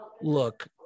look